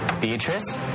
Beatrice